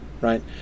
Right